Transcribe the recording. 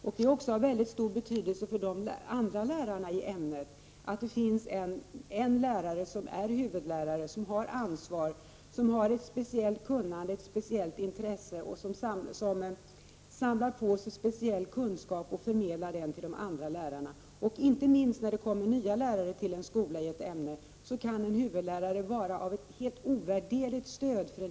Det är också av stor betydelse för de andra lärarna i ämnet att en lärare i ämnet är huvudlärare och har ett speciellt ansvar och ett speciellt kunnande och intresse samt samlar på sig speciella kunskaper och förmedlar dessa till de andra lärarna. Inte minst för nya lärare i skolan kan en huvudlärare vara till helt ovärderligt stöd.